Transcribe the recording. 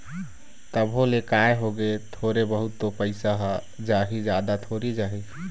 तभो ले काय होगे थोरे बहुत तो पइसा ह जाही जादा थोरी जाही